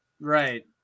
Right